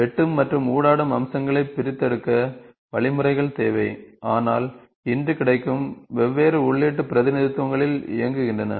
வெட்டும் மற்றும் ஊடாடும் அம்சங்களை பிரித்தெடுக்க வழிமுறைகள் தேவை ஆனால் இன்று கிடைக்கும் வெவ்வேறு உள்ளீட்டு பிரதிநிதித்துவங்களில் இயங்குகின்றன